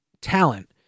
talent